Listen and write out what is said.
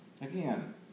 Again